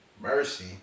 Mercy